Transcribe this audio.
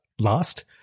last